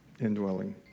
Indwelling